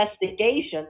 investigation